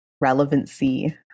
relevancy